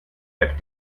app